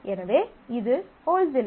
எனவே இது ஹோல்ட்ஸ் இல்லை